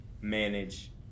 manage